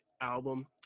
album